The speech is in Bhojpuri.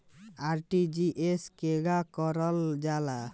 आर.टी.जी.एस केगा करलऽ जाला?